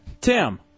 Tim